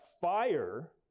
fire